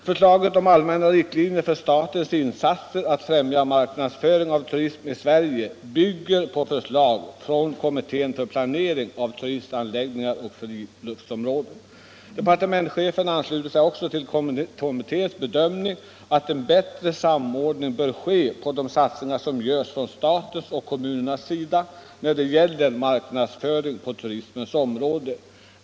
Förslaget om allmänna riktlinjer för statens insatser för att främja marknadsföring av turismen i Sverige bygger på förslag från kommittén för planering av turistanläggningar och friluftsområden. Departementschefen ansluter sig också till kommitténs bedömning att en bättre samordning bör ske av de satsningar som görs av staten och kommunerna när det gäller marknadsföring på turismens område.